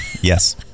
Yes